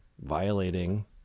violating